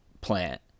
Plant